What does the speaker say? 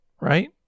right